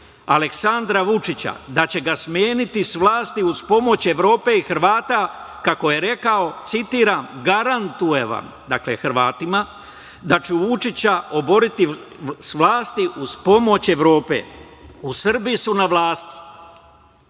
Aleksandra Vučića da će ga smeniti s vlasti uz pomoć Evrope i Hrvata, kako je rekao, citiram –garantujem vam, dakle, Hrvatima, da ću Vučića oboriti s vlasti uz pomoć Evrope. U Srbiji su na vlasti